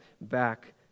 back